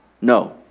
no